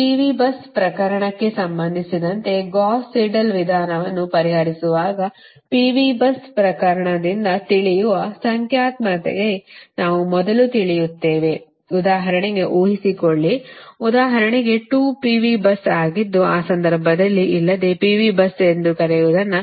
P V bus ಪ್ರಕರಣಕ್ಕೆ ಸಂಬಂಧಿಸಿದಂತೆ Gauss Seidel ವಿಧಾನವನ್ನು ಪರಿಹರಿಸುವಾಗ P V bus ಪ್ರಕರಣದಿಂದ ತಿಳಿಯುವ ಸಂಖ್ಯಾತ್ಮಕತೆಗೆ ನಾವು ಮೊದಲು ತಿಳಿಯುತ್ತೇವೆ ಉದಾಹರಣೆಗೆ ಊಹಿಸಿಕೊಳ್ಳಿ ಉದಾಹರಣೆಗೆ 2 P V ಬಸ್ ಆಗಿದ್ದು ಆ ಸಂದರ್ಭದಲ್ಲಿ ಇಲ್ಲದೆ P V bus ಎಂದು ಕರೆಯುವದನ್ನು